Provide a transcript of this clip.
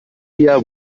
via